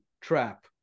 trap